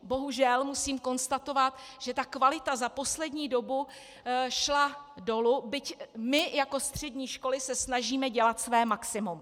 Bohužel musím konstatovat, že ta kvalita za poslední dobu šla dolů, byť my jako střední školy se snažíme dělat své maximum.